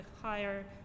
higher